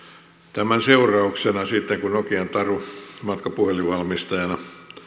tämän seurauksena sitten kun nokian taru matkapuhelinvalmistajana